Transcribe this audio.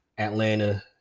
Atlanta